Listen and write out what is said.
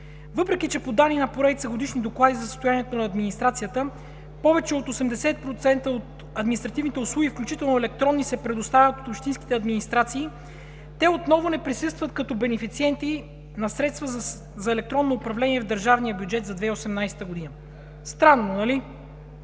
Въпреки че по данни на поредица годишни доклади за състоянието на администрацията повече от 80% от административните услуги, включително електронни, се предоставят от общинските администрации, те отново не присъстват като бенефициенти на средства за електронно управление в държавния бюджет за 2018 г. Странно, нали?